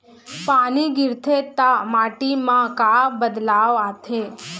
पानी गिरथे ता माटी मा का बदलाव आथे?